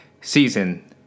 season